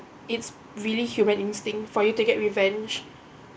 it's really human instinct for you to get revenge